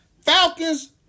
Falcons